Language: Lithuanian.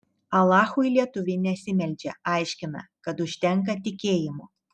alachui lietuvė nesimeldžia aiškina kad užtenka tikėjimo